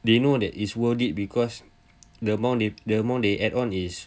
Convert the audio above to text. they know that is worth it because the amount they the amount they add on is